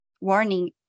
warning